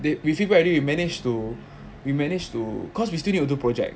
we feedback already we manage to we managed to cause we still need to do project